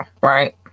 right